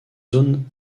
zones